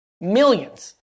millions